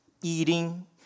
eating